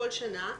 כל שנה,